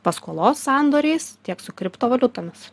paskolos sandoriais tiek su kriptovaliutomis